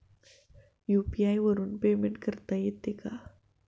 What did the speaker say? UPI वरून payment करता येते का?